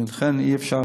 ולכן אי-אפשר